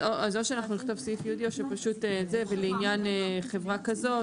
או שנכתוב סעיף ייעודי ולעניין חברה כזאת,